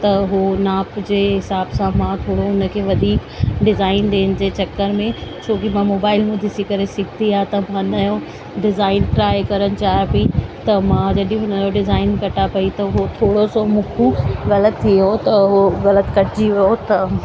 त उहो नाप जे हिसाब सां मां थोरो हुन खे वधीक डिज़ाइन ॾियण जे चकर में छोकी मां मोबाइल मां ॾिसी करे सिखंदी आहे त मां नयों डिज़ाइन ट्राए करणु चाहियां पई त मां जॾहिं हुन जो डिज़ाइन कटा पई त उहो थोरो सो मूंखों ग़लति थी वियो त उहो ग़लति कटिजी वियो त